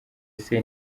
ese